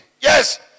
yes